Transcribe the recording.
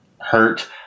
hurt